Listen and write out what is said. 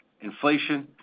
inflation